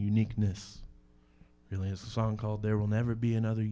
uniqueness really is a song called there will never be another